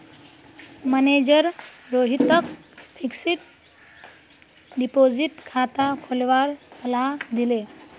manager रोहितक fixed deposit खाता खोलवार सलाह दिले